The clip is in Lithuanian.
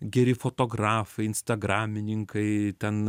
geri fotografai instagramininkai ten